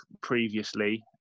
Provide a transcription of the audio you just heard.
previously